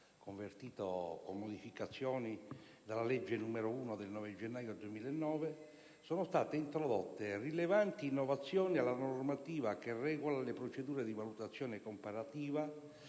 convertito, con modificazioni, dalla legge n. 1 del 9 gennaio 2009, sono state introdotte rilevanti innovazioni alla normativa che regola le procedure di valutazione comparativa